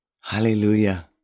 Hallelujah